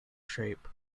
shape